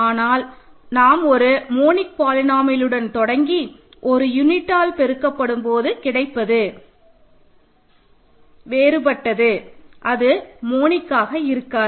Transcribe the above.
ஆனால் நாம் ஒரு மோனிக் பாலினோமியலுடன் தொடங்கி ஒரு யூனிட்டால் பெருக்கப்படும் போது கிடைப்பது வேறுபட்டது அது மோனிக்காக இருக்காது